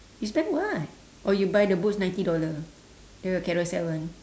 you spend what oh you buy the boots ninety dollar the carousell one